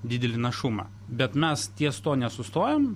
didelį našumą bet mes ties tuo nesustojam